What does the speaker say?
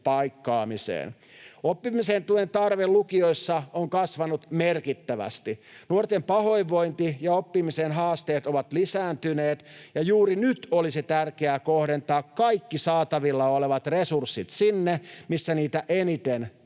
Oppimisen tuen tarve lukioissa on kasvanut merkittävästi. Nuorten pahoinvointi ja oppimisen haasteet ovat lisääntyneet, ja juuri nyt olisi tärkeää kohdentaa kaikki saatavilla olevat resurssit sinne, missä niitä eniten tarvitaan.